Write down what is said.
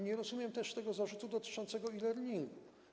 Nie rozumiem też tego zarzutu dotyczącego e-learningu.